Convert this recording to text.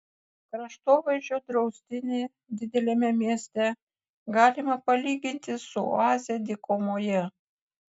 kraštovaizdžio draustinį dideliame mieste galima palyginti su oaze dykumoje